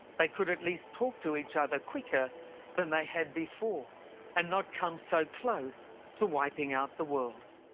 they could at least talk to each other quicker than they had before and not come so close to wiping out the world.